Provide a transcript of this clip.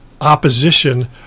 opposition